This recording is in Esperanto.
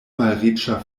malriĉa